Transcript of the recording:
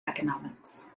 economics